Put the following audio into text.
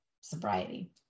sobriety